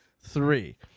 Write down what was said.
three